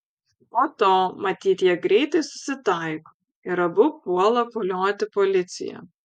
po to matyt jie greitai susitaiko ir abu puola kolioti policiją